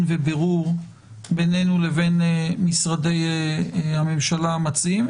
ובירור בינינו לבין משרדי הממשלה המציעים.